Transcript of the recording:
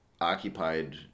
occupied